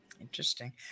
interesting